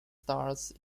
starts